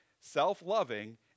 self-loving